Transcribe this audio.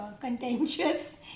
contentious